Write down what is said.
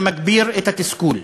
זה מגביר את התסכול.